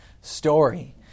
story